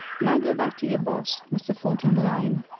now go back to your boss, mr. thornton lyne,